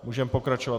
Můžeme pokračovat.